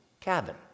cabin